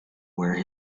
where